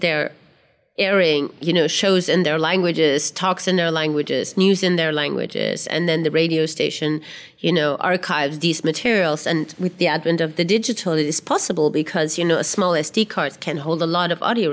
they're airing you know shows in their languages talks in their languages news in their languages and then the radio station you know archives these materials and with the advent of the digital it is possible because you know a small sd card can hold a lot of audio